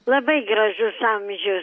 labai gražius amžius